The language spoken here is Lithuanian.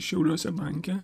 šiauliuose banke